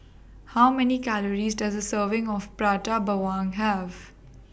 How Many Calories Does A Serving of Prata Bawang Have